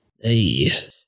Hey